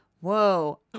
Whoa